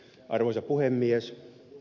arvoisa puhemies